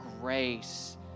grace